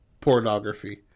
pornography